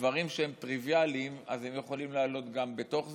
דברים שהם טריוויאליים יכולים לעלות בתוך זה,